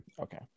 Okay